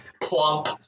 plump